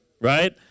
Right